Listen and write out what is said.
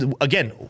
again